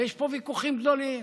יש ויכוחים גדולים: